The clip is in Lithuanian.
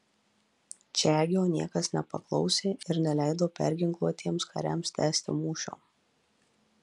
čegio niekas nepaklausė ir neleido perginkluotiems kariams tęsti mūšio